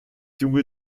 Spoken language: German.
junge